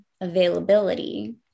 availability